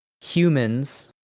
humans